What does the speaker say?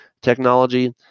technology